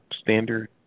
standard